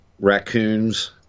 raccoons